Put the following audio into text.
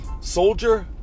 Soldier